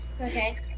Okay